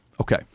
Okay